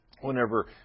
whenever